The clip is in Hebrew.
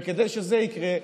וכדי שזה יקרה,